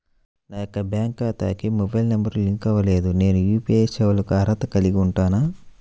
నా యొక్క బ్యాంక్ ఖాతాకి మొబైల్ నంబర్ లింక్ అవ్వలేదు నేను యూ.పీ.ఐ సేవలకు అర్హత కలిగి ఉంటానా?